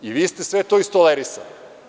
I vi ste sve to istolerisali.